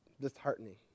disheartening